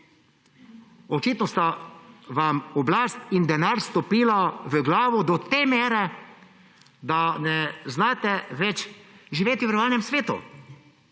Očitno sta vam oblast in denar stopila v glavo do te mere, da ne znate več živeti v realnem svetu